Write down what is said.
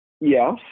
Yes